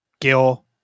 Gil